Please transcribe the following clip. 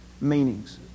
meanings